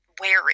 wary